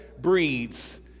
breeds